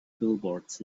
billboards